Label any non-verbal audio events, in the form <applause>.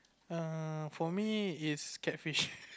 err for me is catfish <laughs>